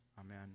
Amen